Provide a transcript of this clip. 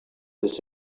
this